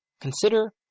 Consider